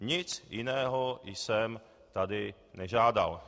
Nic jiného jsem tady nežádal.